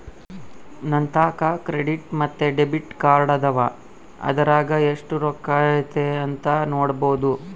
ನಂತಾಕ ಕ್ರೆಡಿಟ್ ಮತ್ತೆ ಡೆಬಿಟ್ ಕಾರ್ಡದವ, ಅದರಾಗ ಎಷ್ಟು ರೊಕ್ಕತೆ ಅಂತ ನೊಡಬೊದು